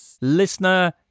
Listener